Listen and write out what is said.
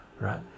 right